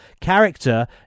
character